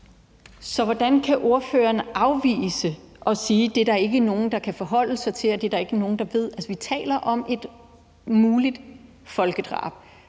Hvordan kan ordføreren afvise det og sige, at det er der ikke nogen, der kan forholde sig til, og at der ikke er nogen, der ved, hvad de taler om, altså i forhold